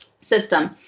system